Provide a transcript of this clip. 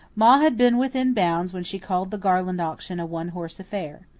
ma had been within bounds when she called the garland auction a one-horse affair.